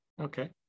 Okay